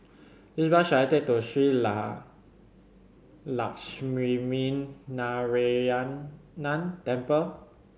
which bus should I take to Shree Lakshminarayanan Temple